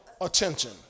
attention